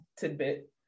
tidbit